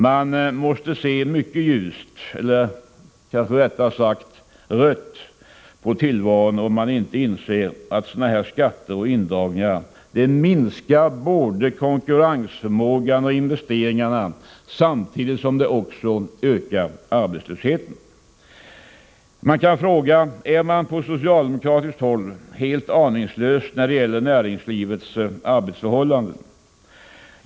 Man måste se mycket ljust — eller kanske rättare sagt rött — på tillvaron om man inte inser att sådana här skatter och indragningar minskar både konkurrensförmågan och investeringarna, samtidigt som de ökar arbetslösheten. Är man på socialdemokratiskt håll helt aningslös när det gäller näringslivets arbetsförhållanden?